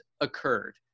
occurred